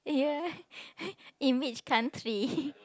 eh yeah in which country